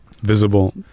visible